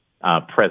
present